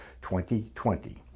2020